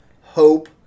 hope